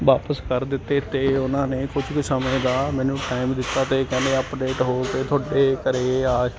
ਵਾਪਸ ਕਰ ਦਿੱਤੇ ਅਤੇ ਉਹਨਾਂ ਨੇ ਕੁਝ ਕੁ ਸਮੇਂ ਦਾ ਮੈਨੂੰ ਟਾਈਮ ਦਿੱਤਾ ਅਤੇ ਕਹਿੰਦੇ ਅਪਡੇਟ ਹੋ ਕੇ ਤੁਹਾਡੇ ਘਰ ਆ